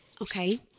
Okay